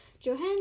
Johann